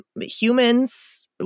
humans